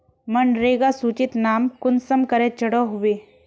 मनरेगा सूचित नाम कुंसम करे चढ़ो होबे?